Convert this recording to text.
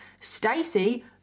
Stacy